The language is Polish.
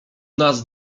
nas